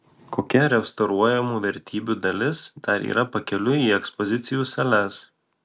kokia restauruojamų vertybių dalis dar yra pakeliui į ekspozicijų sales